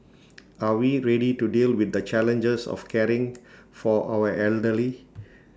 are we ready to deal with the challenges of caring for our elderly